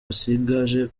asigaje